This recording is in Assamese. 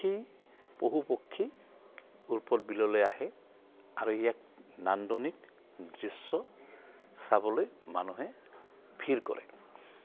সেই পশু পক্ষী উৰ্পদ বিললৈ আহে আৰু ইয়াত নান্দনিক দৃশ্য চাবলৈ মানুহে ভিৰ কৰে